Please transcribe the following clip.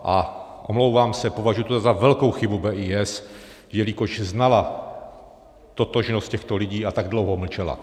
A omlouvám se, považuji to za velkou chybu BIS, jelikož znala totožnost těchto lidí a tak dlouho mlčela.